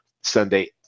sunday